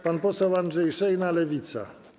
Pan poseł Andrzej Szejna, Lewica.